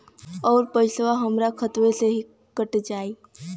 अउर पइसवा हमरा खतवे से ही कट जाई?